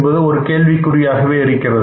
என்பது ஒரு கேள்விக்குறியாக இருக்கிறது